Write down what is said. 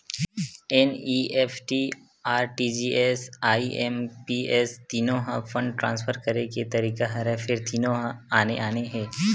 NEFT, RTGS, IMPS तीनो ह fund transfer करे के तरीका हरय फेर तीनो ह आने आने हे